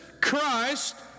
Christ